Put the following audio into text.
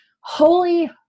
Holy